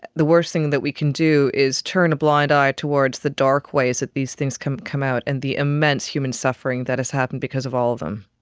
the the worst thing that we can do is turn a blind eye towards the dark ways that these things can come out and the immense human suffering that has happened because of all of them.